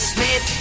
Smith